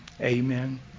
amen